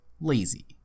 lazy